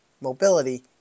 mobility